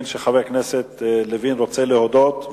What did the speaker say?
בעד, 13, אין מתנגדים ואין נמנעים.